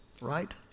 right